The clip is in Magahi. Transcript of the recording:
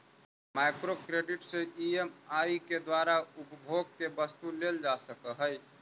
माइक्रो क्रेडिट से ई.एम.आई के द्वारा उपभोग के वस्तु लेल जा सकऽ हई